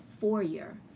four-year